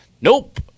Nope